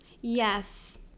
Yes